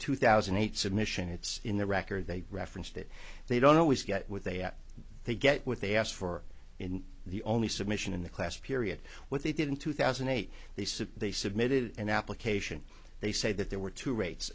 two thousand and eight submission it's in the record they referenced that they don't always get what they are they get what they asked for in the only submission in the class period what they did in two thousand and eight they said they submitted an application they said that there were two rates